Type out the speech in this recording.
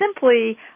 simply